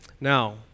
Now